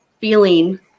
feeling